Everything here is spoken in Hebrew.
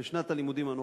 ובשנת הלימודים הנוכחית,